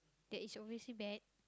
that is obviously bad